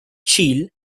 chile